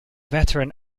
veteran